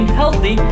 healthy